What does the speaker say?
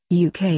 UK